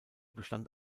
bestand